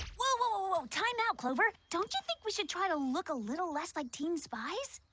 whoa time out clover don't you think we should try to look a little less like team spies?